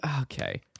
okay